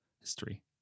history